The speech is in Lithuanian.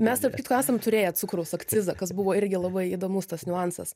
mes tarp kitko esam turėję cukraus akcizą kas buvo irgi labai įdomus tas niuansas